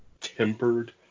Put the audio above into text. tempered